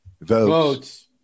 votes